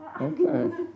Okay